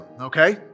okay